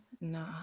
No